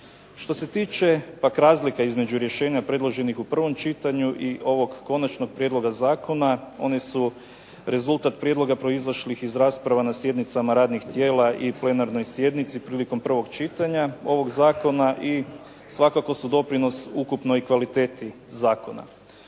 Što se tiče pak razlika između rješenja predloženih u prvom čitanju i ovog konačnog prijedloga zakona, oni su rezultat prijedloga proizašlih iz rasprava na sjednicama radnih tijela i plenarnoj sjednici prilikom prvog čitanja ovog zakona i svakako su doprinos ukupnoj kvaliteti zakona.